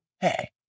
Hey